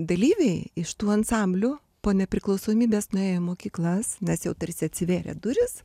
dalyviai iš tų ansamblių po nepriklausomybės nuėjo į mokyklas nes jau tarsi atsivėrė durys